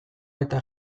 eta